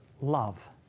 love